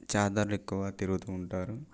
జాతరలో ఎక్కువ తిరుగుతూ ఉంటారు